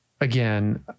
Again